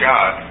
God